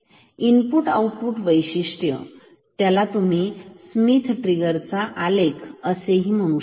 input output वैशिष्ट त्याला तुम्ही स्मित ट्रिगरचा आलेख असेही म्हणू शकता